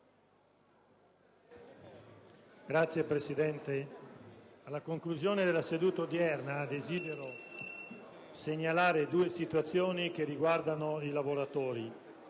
CASSON *(PD)*. Alla conclusione della seduta odierna, desidero segnalare due situazioni che riguardano i lavoratori.